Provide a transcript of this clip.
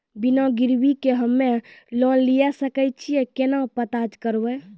बिना गिरवी के हम्मय लोन लिये सके छियै केना पता करबै?